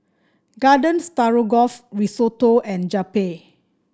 Garden Stroganoff Risotto and Japchae